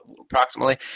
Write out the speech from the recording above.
approximately